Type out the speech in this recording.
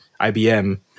IBM